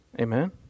Amen